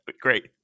Great